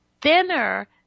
thinner